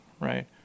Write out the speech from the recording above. right